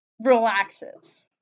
relaxes